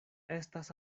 estas